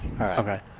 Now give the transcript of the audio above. Okay